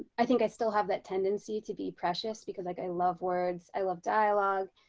i think i still have that tendency to be precious because like i love words. i love dialogue.